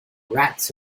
rats